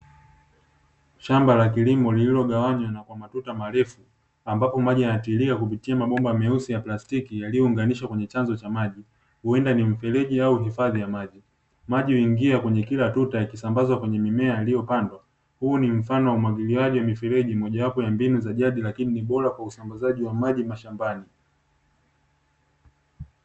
Shamba la kilimo lililogawanywa na kwa matuta marefu ambapo maji yanatiririka kupitia mabomba meusi ya plastiki yaliyounganishwa kwenye chanzo cha maji, huenda ni mfereji au hifadhi ya maji, maji huingia kwenye kila tuta yakisambazwa kwenye mimea iliyopandwa, huu ni mfano wa umwagiliaji wa mifereji mojawapo ya mbinu za jadi lakini ni bora kwa usambazaji maji mashambani.